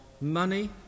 money